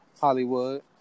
Hollywood